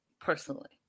personally